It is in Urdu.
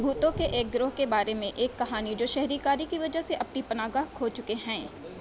بھوتوں کے ایک گروہ کے بارے میں ایک کہانی جو شہر کاری کی وجہ سے اپنی پناہ گاہ کھو چکے ہیں